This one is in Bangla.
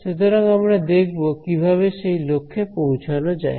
সুতরাং আমরা দেখব কিভাবে সেই লক্ষ্যে পৌঁছানো যায়